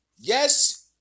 yes